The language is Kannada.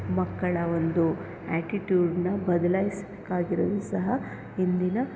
ಮಕ್ಕಳ ಒಂದು ಆ್ಯಟಿಟ್ಯೂಡ್ನ ಬದಲಾಯಿಸಬೇಕಾಗಿರೊದು ಸಹ ಇಂದಿನ